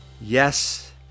Yes